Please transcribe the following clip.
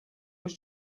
was